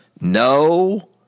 No